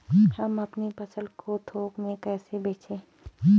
हम अपनी फसल को थोक में कैसे बेचें?